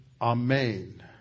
amen